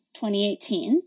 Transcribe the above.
2018